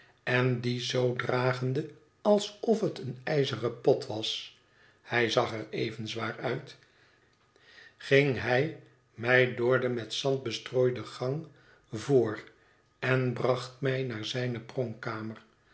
en dien zoo dragende alsof het een ijzeren pot was hij zag er even zwaar uit ging hij mij door den met zand bestrooiden gang voor en bracht mij naar zijne